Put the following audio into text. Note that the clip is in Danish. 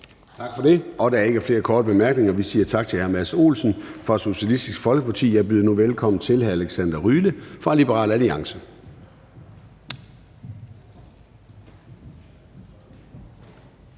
Tak for det. Der er ikke flere korte bemærkninger. Vi siger tak til hr. Mads Olsen fra Socialistisk Folkeparti. Jeg byder nu velkommen til hr. Alexander Ryle fra Liberal Alliance.